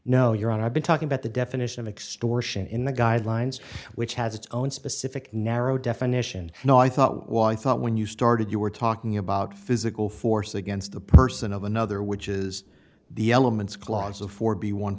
no you're on i've been talking about the definition of extortion in the guidelines which has its own specific narrow definition no i thought was i thought when you started you were talking about physical force against the person of another which is the elements clause of for be one